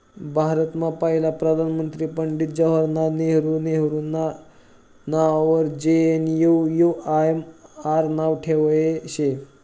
भारतमा पहिला प्रधानमंत्री पंडित जवाहरलाल नेहरू नेहरूना नाववर जे.एन.एन.यू.आर.एम नाव ठेयेल शे